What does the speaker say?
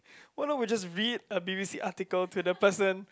what not we just read a b_b_c article to the person